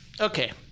Okay